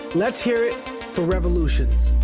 let's hear it for revolutions